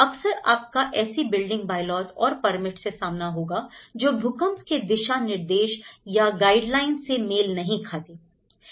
अक्सर आपका ऐसी बिल्डिंग by laws और परमिट से सामना होगा जो भूकंप के दिशा निर्देश या गाइडेंस से मेल नहीं खाते